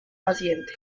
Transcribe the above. paciente